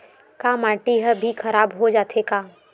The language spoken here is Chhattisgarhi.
का माटी ह भी खराब हो जाथे का?